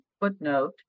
footnote